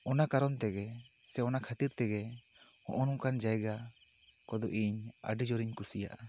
ᱚᱱᱟ ᱠᱟᱨᱚᱱ ᱛᱮᱜᱮ ᱥᱮ ᱚᱱᱟ ᱠᱷᱟᱹᱛᱤᱨ ᱛᱮᱜᱮ ᱦᱚᱜᱼᱚᱭ ᱱᱚᱝᱠᱟᱱ ᱡᱟᱭᱜᱟ ᱠᱚᱫᱚ ᱤᱧ ᱟᱹᱰᱤ ᱡᱩᱨ ᱤᱧ ᱠᱩᱥᱤᱭᱟᱜᱼᱟ